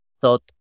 thought